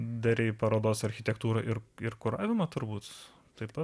darei parodos architektūrą ir ir kuravimą turbūt taip pat